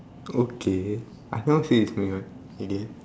okay obviously is me one okay